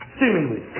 seemingly